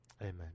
amen